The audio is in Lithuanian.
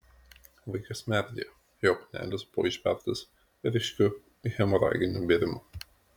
vaikas merdėjo jo kūnelis buvo išbertas ryškiu hemoraginiu bėrimu